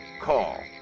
Call